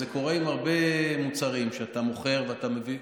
זה קורה עם הרבה מוצרים, שאתה מוכר ואתה מביא,